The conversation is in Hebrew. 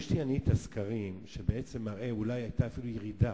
יש לי סקרים שמראים שאולי היתה אפילו ירידה